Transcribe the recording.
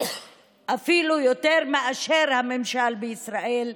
אפילו יותר מאשר הממשל בישראל,